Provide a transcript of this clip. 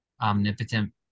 omnipotent